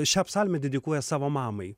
šią psalmę dedikuoja savo mamai